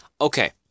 Okay